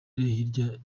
hirya